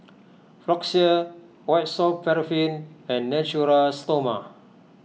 Floxia White Soft Paraffin and Natura Stoma